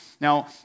Now